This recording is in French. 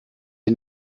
est